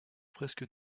presque